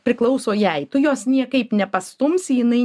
priklauso jai tu jos niekaip nepastumsi jinai